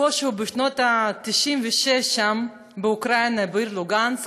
ב-96' באוקראינה, בעיר לוגנסק,